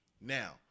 Now